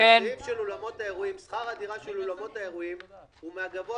הנציג של אותם זוגות צעירים שלא זכו לקבל